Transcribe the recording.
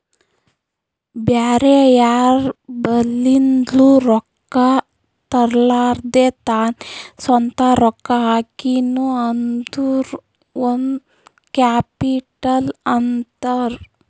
ಬ್ಯಾರೆ ಯಾರ್ ಬಲಿಂದ್ನು ರೊಕ್ಕಾ ತರ್ಲಾರ್ದೆ ತಾನೇ ಸ್ವಂತ ರೊಕ್ಕಾ ಹಾಕಿನು ಅಂದುರ್ ಓನ್ ಕ್ಯಾಪಿಟಲ್ ಅಂತಾರ್